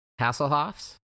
Hasselhoffs